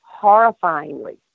horrifyingly